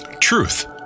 Truth